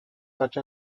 such